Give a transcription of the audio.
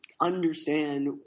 understand